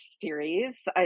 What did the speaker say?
series